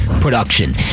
production